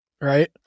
Right